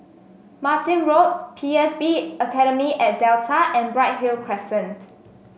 Martin Road P S B Academy at Delta and Bright Hill Crescent